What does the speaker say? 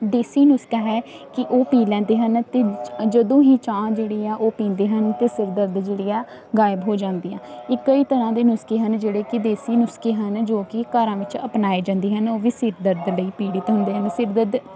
ਦੇਸੀ ਨੁਸਖਾ ਹੈ ਕਿ ਉਹ ਪੀ ਲੈਂਦੇ ਹਨ ਅਤੇ ਜਦੋਂ ਹੀ ਚਾਹ ਜਿਹੜੀ ਆ ਉਹ ਪੀਂਦੇ ਹਨ ਅਤੇ ਸਿਰ ਦਰਦ ਜਿਹੜੀ ਆ ਗਾਇਬ ਹੋ ਜਾਂਦੀ ਆ ਇਹ ਕਈ ਤਰ੍ਹਾਂ ਦੇ ਨੁਸਖੇ ਹਨ ਜਿਹੜੇ ਕਿ ਦੇਸੀ ਨੁਸਖੇ ਹਨ ਜੋ ਕਿ ਘਰਾਂ ਵਿੱਚ ਅਪਣਾਏ ਜਾਂਦੇ ਹਨ ਉਹ ਵੀ ਸਿਰ ਦਰਦ ਲਈ ਪੀੜਿਤ ਹੁੰਦੇ ਹਨ ਸਿਰ ਦਰਦ